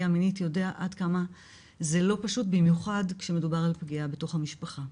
מינית יודע עד כמה זה לא פשוט ובמיוחד כשמדובר על פגיעה בתוך המשפחה.